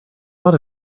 lot